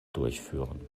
durchführen